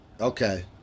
okay